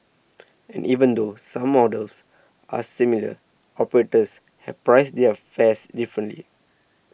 and even though some models are similar operators have priced their fares differently